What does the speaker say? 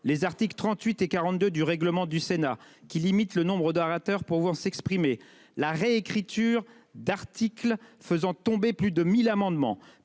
Les articles 38 et 42 du règlement du Sénat qui limite le nombre d'aérateurs pour voir s'exprimer la réécriture d'articles faisant tomber plus de 1000 amendements